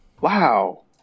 Wow